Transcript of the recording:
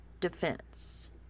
defense